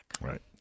Right